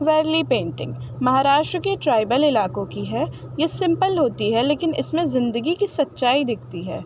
Warli painting Maharashtra کے tribal علاقوں کی ہے یہ سمپل ہوتی ہے لیکن اس میں زندگی کی سچائی دکھتی ہے